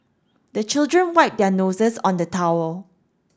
the children wipe their noses on the towel